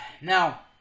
Now